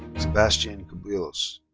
sebastian cubillos.